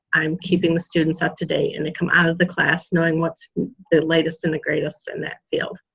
i'm keeping the students up to date and they come out of the class knowing what's the latest and the greatest in that field.